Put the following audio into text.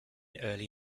early